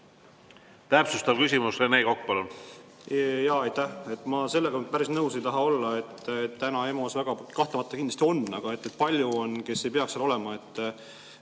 Täpsustav küsimus. Rene Kokk,